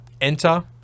enter